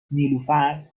نیلوفرنه